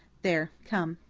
there come.